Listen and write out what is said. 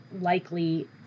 likely